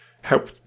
help